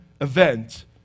event